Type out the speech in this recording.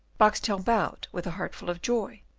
boxtel bowed with a heart full of joy,